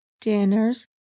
dinners